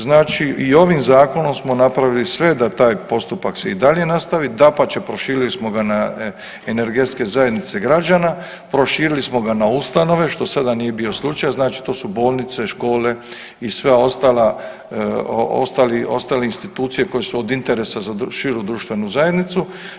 Znači i ovim zakonom smo napravili sve da taj postupak se i dalje nastavi, dapače proširili smo ga na energetske zajednice građana, proširili smo ga na ustanove, što do sada nije bio slučaj, znači to su bolnice, škole i sve ostala, ostali, ostale institucije koje su od interesa za širu društvenu zajednicu.